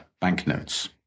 banknotes